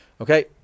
Okay